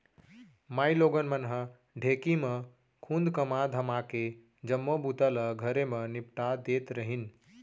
माइलोगन मन ह ढेंकी म खुंद कमा धमाके जम्मो बूता ल घरे म निपटा देत रहिन